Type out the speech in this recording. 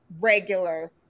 regular